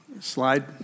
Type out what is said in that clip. Slide